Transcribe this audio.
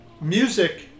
music